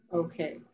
okay